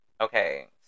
okay